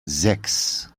sechs